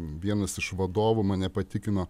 vienas iš vadovų mane patikino